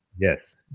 Yes